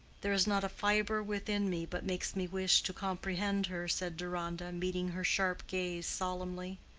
there is not a fibre within me but makes me wish to comprehend her, said deronda, meeting her sharp gaze solemnly.